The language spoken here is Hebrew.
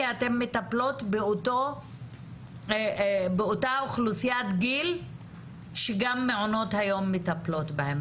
כי אתן מטפלות באותה אוכלוסיית גיל שגם מעונות היום מטפלים בהם.